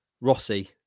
Rossi